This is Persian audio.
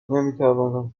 نمیتوانم